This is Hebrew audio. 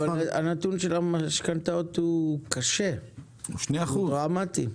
הנתון של המשכנתאות הוא קשה, הוא דרמטי.